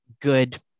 good